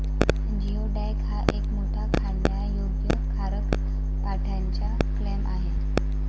geoduck हा एक मोठा खाण्यायोग्य खारट पाण्याचा क्लॅम आहे